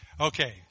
Okay